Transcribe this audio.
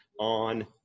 on